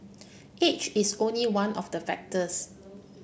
age is only one of the factors